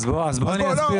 אז בוא אני אסביר.